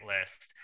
list